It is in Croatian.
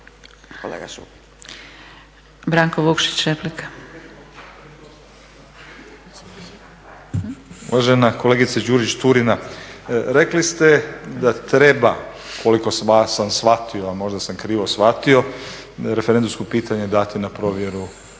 Branko (Nezavisni)** Uvažena kolegice Đurić-Turina, rekli ste da treba koliko sam vas shvatio, a možda sam krivo shvatio, referendumsko pitanje dati na provjeru